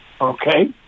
Okay